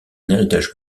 héritage